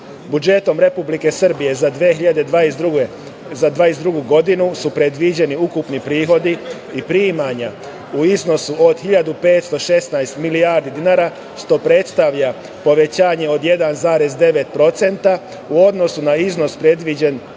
Republike Srbije za 2022. godinu su predviđeni ukupni prihodi i primanja u iznosu od 1.516 milijardi dinara, što predstavlja povećanje od 1,9% u odnosu na iznos predviđen